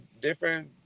different